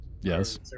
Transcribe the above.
Yes